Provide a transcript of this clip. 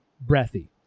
breathy